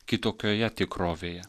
kitokioje tikrovėje